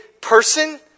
person